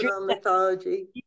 mythology